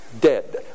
Dead